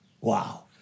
wow